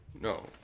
no